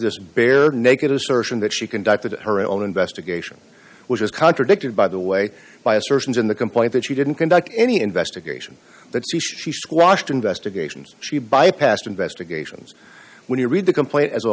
this bare naked assertion that she conducted her own investigation which is contradicted by the way by assertions in the complaint that she didn't conduct any investigation that squashed investigations she bypassed investigations when you read the complaint as a